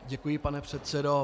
Děkuji, pane předsedo.